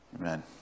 Amen